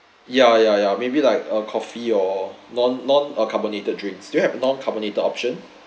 ya ya ya maybe like a coffee or non non uh carbonated drinks do you have a non carbonated option